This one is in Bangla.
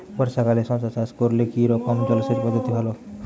বর্ষাকালে শশা চাষ করলে কি রকম জলসেচ পদ্ধতি ভালো?